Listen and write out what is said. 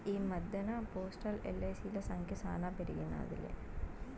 ఈ మద్దెన్న పోస్టల్, ఎల్.ఐ.సి.ల సంఖ్య శానా పెరిగినాదిలే